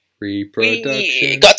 reproduction